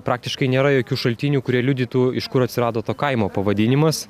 praktiškai nėra jokių šaltinių kurie liudytų iš kur atsirado to kaimo pavadinimas